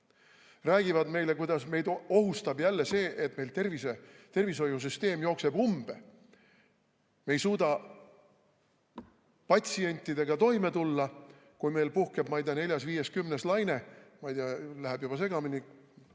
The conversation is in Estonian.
räägivad meile, kuidas meid ohustab jälle see, et tervishoiusüsteem jookseb umbe, me ei suuda patsientidega toime tulla, kui meil puhkeb neljas, viies või kümnes laine. Ma ei tea, läheb juba segamini,